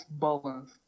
balance